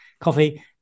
coffee